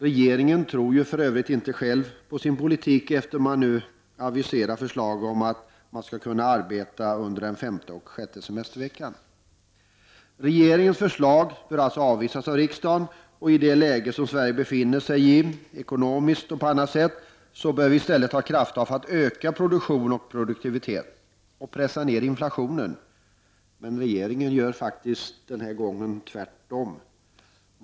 Regeringen tror för övrigt inte ens själv på sin politik, eftersom det nu aviseras förslag om att man skall kunna arbeta under den femte och sjätte semesterveckan! Regeringens förslag bör alltså avvisas av riksdagen. I det läge som Sverige nu befinner sig i — ekonomiskt och på annat sätt — bör vi i stället ta krafttag för att öka produktion och produktivitet och pressa ner inflationen. I det läget gör regeringen faktiskt tvärtom.